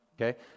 Okay